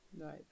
right